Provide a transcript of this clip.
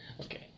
Okay